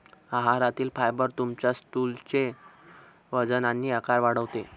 आहारातील फायबर तुमच्या स्टूलचे वजन आणि आकार वाढवते